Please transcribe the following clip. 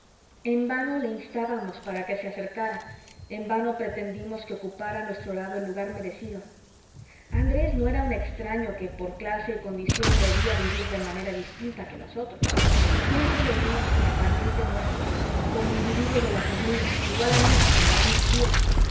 en vano le instábamos para que se acercara en vano pretendimos que ocupara a nuestro lado el lugar merecido andrés no era un extraño que por clase y condición debía vivir de manera distinta que nosotros siempre le vimos como pariente nuestro como individuo de la familia igual a mí igual a mis tías